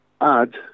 add